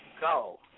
go